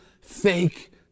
fake